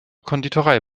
konditorei